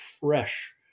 fresh